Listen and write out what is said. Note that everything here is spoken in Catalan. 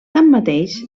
tanmateix